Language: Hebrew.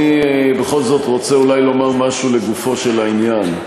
אני בכל זאת רוצה אולי לומר משהו לגופו של העניין,